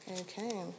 Okay